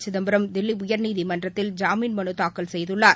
சிதம்பரம் தில்லி உயர்நீதிமன்றத்தில் ஜாமீன் மனு தாக்கல் செய்துள்ளார்